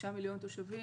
תשעה מיליון תושבים,